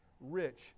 rich